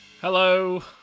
Hello